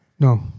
No